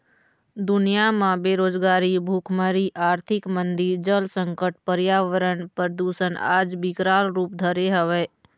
दुनिया म बेरोजगारी, भुखमरी, आरथिक मंदी, जल संकट, परयावरन परदूसन आज बिकराल रुप धरे हवय